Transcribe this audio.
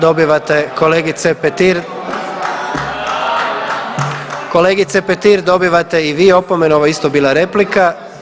Dobivate kolegice Petir, kolegice Petir, dobivate i vi opomenu, ovo je isto bila replika.